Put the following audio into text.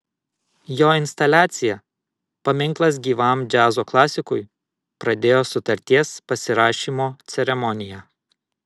jo instaliacija paminklas gyvam džiazo klasikui pradėjo sutarties pasirašymo ceremoniją